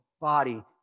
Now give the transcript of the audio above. body